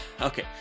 Okay